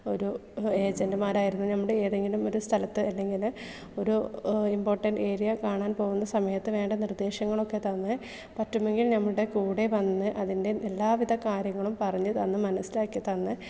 ഒരു ഏജന്റുമാരായിരുന്നു നമ്മുടെ ഏതെങ്കിലും ഒരു സ്ഥലത്ത് അല്ലെങ്കിൽ ഒരു ഇംപോർട്ടന്റ് ഏരിയ കാണാൻ പോകുന്ന സമയത്ത് വേണ്ട നിർദ്ദേശങ്ങളൊക്കെ തന്ന് പറ്റുമെങ്കിൽ നമ്മുടെ കൂടെ വന്ന് അതിൻ്റെ എല്ലാവിധ കാര്യങ്ങളും പറഞ്ഞു തന്ന് മനസ്സിലാക്കി തന്ന്